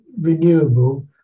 renewable